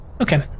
Okay